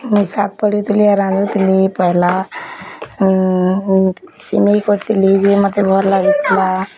ମୁଁ ସାତ୍ ପଢ଼ି ଥିଲି ରାନ୍ଧି ଥିଲି ପେହେଲା ସିମେଇ କରି ଥିଲି ଯେ ମତେ ଭଲ୍ ଲାଗି ଥିଲା